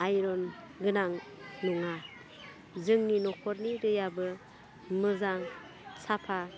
iron गोनां नङा जोंनि नख'रनि दैयाबो मोजां साफा